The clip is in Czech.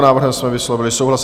S návrhem jsme vyslovili souhlas.